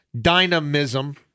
dynamism